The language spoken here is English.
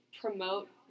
promote